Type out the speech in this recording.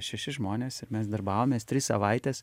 šeši žmonės ir mes darbavomės tris savaites